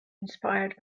inspired